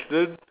then